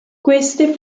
queste